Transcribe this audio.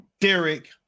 Derek